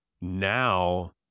now